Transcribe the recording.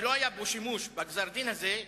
שלא היה בו שימוש בגזר-הדין הזה,